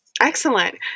Excellent